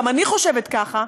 גם אני חושבת ככה,